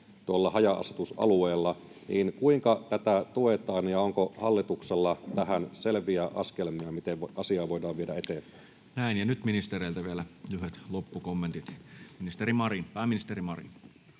tuolla haja-asutusalueilla, niin kuinka tätä tuetaan? Onko hallituksella tähän selviä askelmia? Miten asiaa voidaan viedä eteenpäin? Näin. — Ja nyt ministereiltä vielä lyhyet loppukommentit. — Pääministeri Marin.